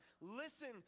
listen